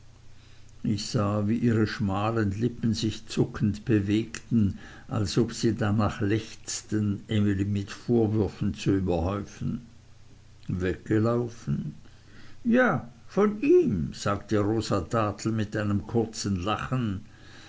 ich sah wie ihre schmalen lippen sich zuckend bewegten als ob sie danach lechzten emilie mit vorwürfen zu überhäufen weggelaufen ja von ihm sagte rosa dartle mit einem kurzen lachen